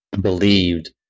believed